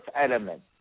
element